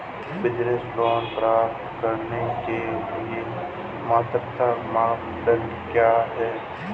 Business loan प्राप्त करने के लिए पात्रता मानदंड क्या हैं?